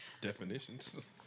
Definitions